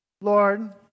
Lord